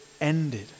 ended